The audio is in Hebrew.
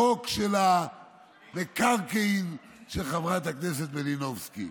החוק של המקרקעין של חברת הכנסת מלינובסקי.